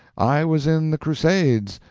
i was in the crusades,